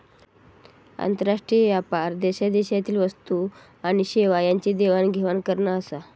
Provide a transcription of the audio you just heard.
आंतरराष्ट्रीय व्यापार देशादेशातील वस्तू आणि सेवा यांची देवाण घेवाण करना आसा